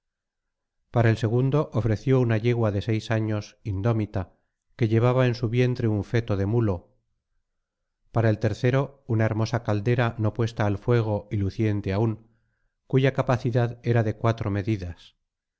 para el segundo ofreció una yegua de seis años indómita que llevaba en su vientre un feto de mulo para el tercero una hermosa caldera no puesta al fuego y luciente aún cuya capacidad era de cuatro medidas